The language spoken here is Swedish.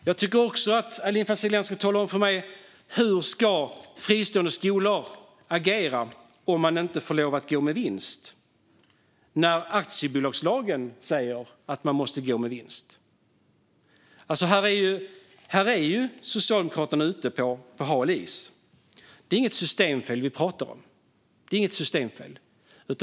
Jag tycker också att Aylin Fazelian ska tala om för mig hur fristående skolor ska agera om de inte får lov att gå med vinst när aktiebolagslagen säger att man måste gå med vinst. Här är Socialdemokraterna ute på hal is. Det är inget systemfel vi pratar om.